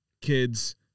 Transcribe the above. kids